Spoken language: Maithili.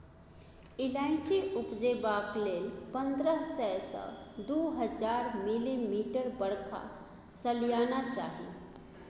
इलाइचीं उपजेबाक लेल पंद्रह सय सँ दु हजार मिलीमीटर बरखा सलियाना चाही